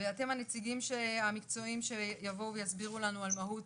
ואתם הנציגים המקצועיים שיבואו ויסבירו לנו על מהות